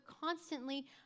constantly